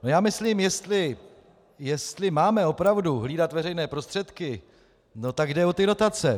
Já myslím, jestli máme opravdu hlídat veřejné prostředky, tak jde o dotace.